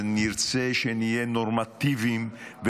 ונרצה שנהיה נורמטיביים,